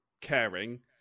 caring